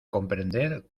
comprender